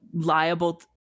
liable